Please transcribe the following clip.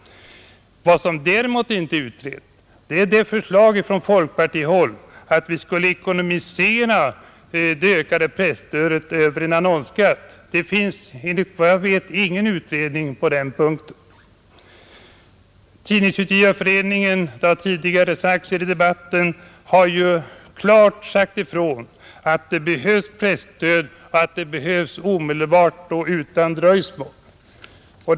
Vad som däremot inte är utrett är förslaget från folkpartihåll att vi skulle finansiera det ökade presstödet över en tobaksskatt. Det finns enligt vad jag vet ingen utredning på den punkten. Tidningsutgivareföreningen har, som tidigare nämnts i debatten, klart sagt ifrån att det behövs ett presstöd och att det behövs omedelbart och utan dröjsmål.